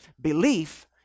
Belief